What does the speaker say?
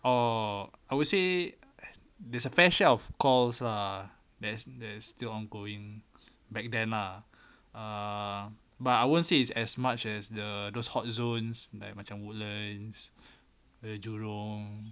oh I would say there's a fair share of calls lah there's there's still ongoing back then lah err but I won't say it's as much as the those hot zones like macam woodlands jurong